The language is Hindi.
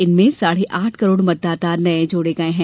इनमें साढ़े आठ करोड़ मतदाता नये जोड़े गये हैं